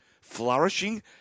flourishing